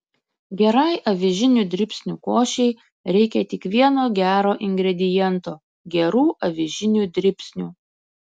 gerai avižinių dribsnių košei reikia tik vieno gero ingrediento gerų avižinių dribsnių